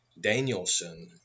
Danielson